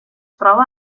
troba